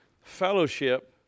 fellowship